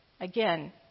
Again